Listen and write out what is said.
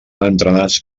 entrenats